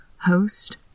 host